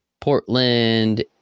Portland